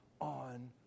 on